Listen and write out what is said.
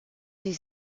sie